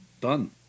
Done